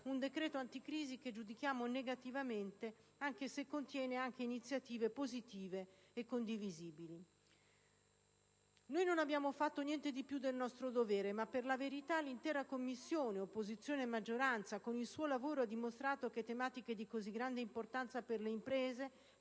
un decreto anticrisi che giudichiamo negativamente, anche se contiene alcune iniziative positive e condivisibili. Non abbiamo fatto niente di più del nostro dovere, ma per la verità l'intera Commissione, opposizione e maggioranza, con il suo lavoro ha dimostrato che tematiche di così grande importanza per le imprese,